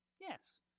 Yes